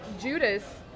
Judas